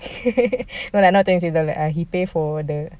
no lah not twenty seven he pay for the